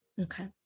okay